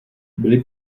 byly